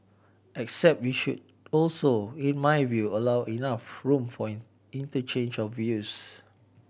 except we should also in my view allow enough room for interchange of views